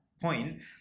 point